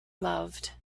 loved